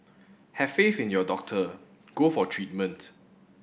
have faith in your doctor go for treatment